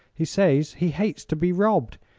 he says he hates to be robbed.